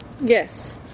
Yes